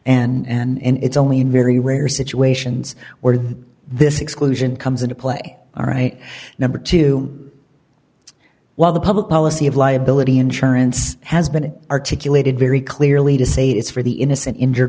and it's only in very rare situations where this exclusion comes into play all right number two while the public policy of liability insurance has been articulated very clearly to say it's for the innocent injure